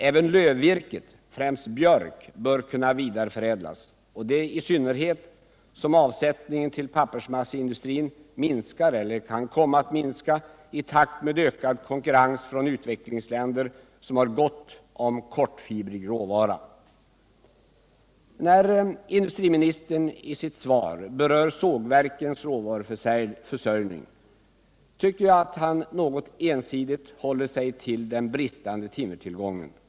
Även lövvirket, främst björk, bör kunna vidareförädlas — i synnerhet som avsättningen till pappersmasseindustrin minskar eller kan komma att minska i takt med ökad konkurrens från utvecklingsländer som har gott om kortfibrig råvara. När industriministern i sitt svar berör sågverkens råvaruförsörjning tycker jag att han något ensidigt håller sig till den bristande timmertillgången.